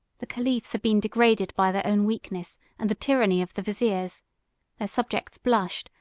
the caliphs had been degraded by their own weakness and the tyranny of the viziers their subjects blushed,